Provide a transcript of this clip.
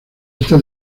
esta